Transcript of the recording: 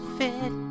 fit